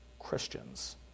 Christians